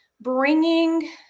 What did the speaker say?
bringing